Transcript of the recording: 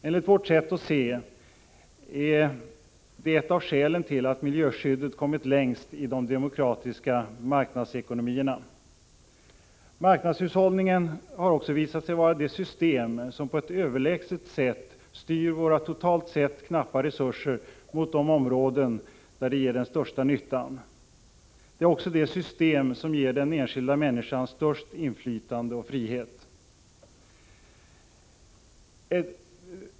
Enligt vårt sätt att se är det ett av skälen till att miljöskyddet kommit längst i de demokratiska marknadsekonomierna. Marknadshushållningen har också visat sig vara det system som på ett överlägset sätt styr våra totalt sett knappa resurser mot de områden där de ger den största nyttan. Det är också det system som ger den enskilda människan störst inflytande och frihet.